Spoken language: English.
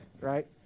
right